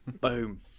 Boom